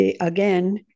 again